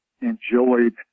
enjoyed